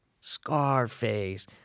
Scarface